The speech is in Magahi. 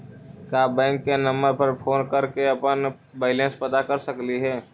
का बैंक के नंबर पर फोन कर के अपन बैलेंस पता कर सकली हे?